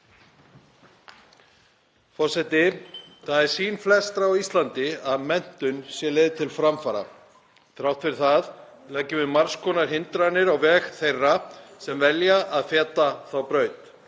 Forseti. Það er sýn flestra á Íslandi að menntun sé leið til framfara. Þrátt fyrir það leggjum við margs konar hindranir á veg þeirra sem velja að feta þá braut,